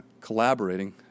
collaborating